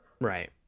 Right